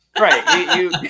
Right